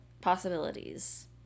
possibilities